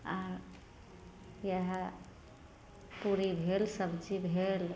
आर इएह पूरी भेल सब्जी भेल